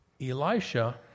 Elisha